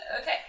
Okay